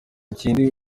kindi